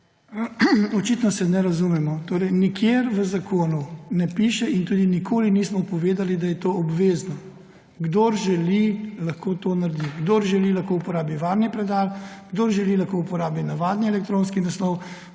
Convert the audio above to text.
Očitno se ne razumemo. Nikjer v zakonu ne piše in tudi nikoli nismo povedali, da je to obvezno. Kdor želi, lahko to naredi. Kdor želi, lahko uporabi varni predal, kdor želi, lahko uporabi navadni elektronski naslov,